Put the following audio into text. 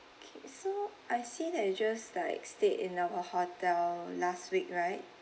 so I see that you just like stayed in our hotel last week right